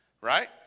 right